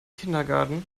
kindergarten